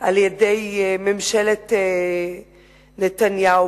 על-ידי ממשלת נתניהו.